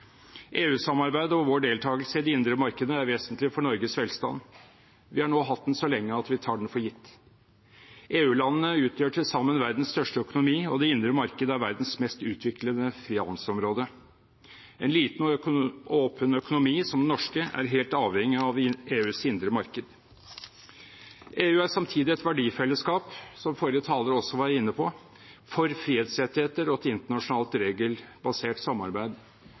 og vår deltakelse i det indre markedet er vesentlig for Norges velstand. Vi har hatt den så lenge at vi tar den for gitt. EU-landene utgjør til sammen verdens største økonomi, og det indre markedet er verdens mest utviklede frihandelsområde. En liten og åpen økonomi som den norske er helt avhengig av EUs indre marked. EU er samtidig et verdifellesskap – som forrige taler også var inne på – for frihetsrettigheter og et internasjonalt regelbasert samarbeid.